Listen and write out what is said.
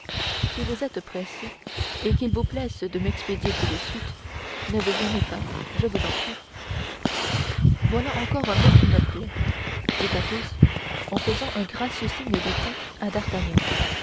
si vous êtes pressé et qu'il vous plaise de m'expédier tout de suite ne vous gênez pas je vous en prie voilà encore un mot qui me plaît dit athos en faisant un gracieux signe de tête à d'artagnan